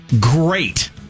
great